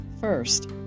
first